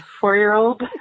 four-year-old